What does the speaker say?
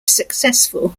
successful